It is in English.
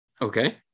Okay